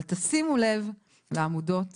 אבל תשימו לב לעמודות